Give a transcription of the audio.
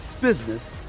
business